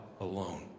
alone